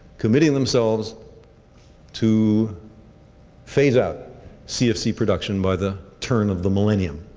committing themselves to phase out cfc production by the turn of the millennium,